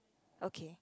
okay